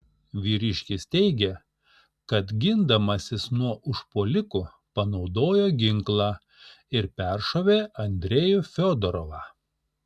vyriškis teigė kad gindamasis nuo užpuolikų panaudojo ginklą ir peršovė andrejų fiodorovą